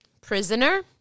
Prisoner